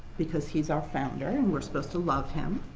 because he's our founder, and we're supposed to love him.